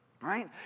Right